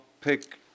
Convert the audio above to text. pick